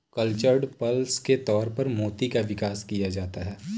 cultured pearls के तौर पर मोती का विकास किया जाता है